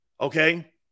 Okay